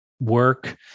work